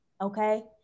Okay